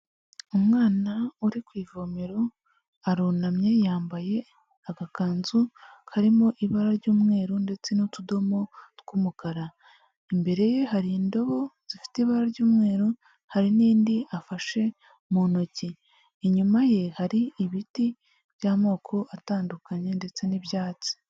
Umwana uri ku ivomero, arunamye yambaye agakanzu karimo ibara ry'umweru ndetse n'utudomo tw'umukara, imbere ye hari indobo zifite ibara ry'umweru, hari n'indi afashe mu ntoki, inyuma ye hari ibiti by'amoko atandukanye ndetse n'ibyatsi.